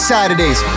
Saturdays